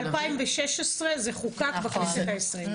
ב-2016 זה חוקק בכנסת הישראלית,